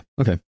Okay